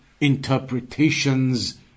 interpretations